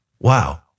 Wow